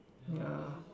ya